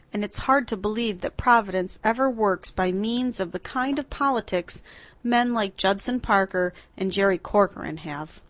and it's hard to believe that providence ever works by means of the kind of politics men like judson parker and jerry corcoran have.